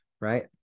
right